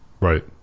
Right